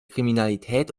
kriminalität